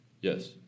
Yes